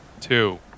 Two